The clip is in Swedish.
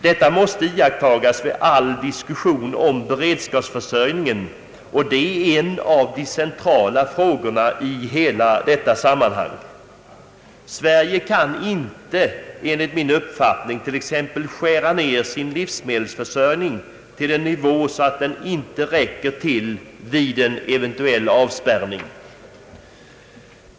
Detta måste iakttagas vid all diskussion om beredskapsförsörjningen, som är en av de centrala frågorna i hela detta sammanhang. Sverige kan inte enligt min uppfattning t.ex. skära ned sin livsmedelsförsörjning till en sådan nivå att den inte räcker till vid en eventuell avspärrning.